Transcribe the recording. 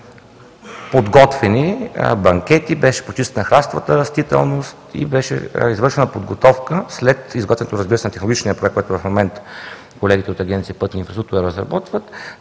бяха подготвени банкети, беше почистена храстовата растителност, беше извършена подготовка след изготвяне на технологичния проект, който в момента колегите от Агенция „Пътна инфраструктура“ разработват,